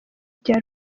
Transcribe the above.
bya